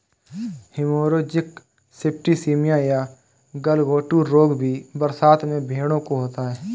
haemorrhagic septicaemia या गलघोंटू रोग भी बरसात में भेंड़ों को होता है